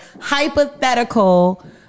hypothetical